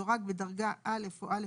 דורג בדרגה א' או א'+,